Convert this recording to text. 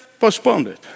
postponed